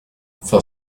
for